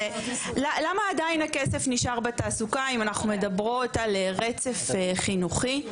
למה עדיין הכסף נשאר בתעסוקה אם אנחנו מדברות על רצף חינוכי?